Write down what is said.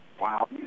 wow